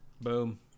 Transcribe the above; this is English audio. Boom